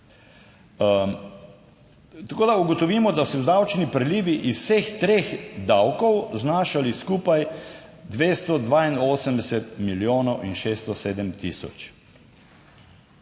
Tako ugotovimo, da so davčni prilivi iz vseh treh davkov znašali skupaj 282 milijonov in 607 tisoč